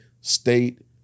state